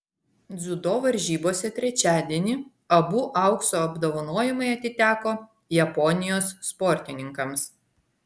dziudo varžybose trečiadienį abu aukso apdovanojimai atiteko japonijos sportininkams